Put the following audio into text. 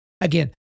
Again